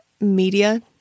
media